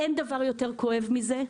אין דבר יותר כואב מזה.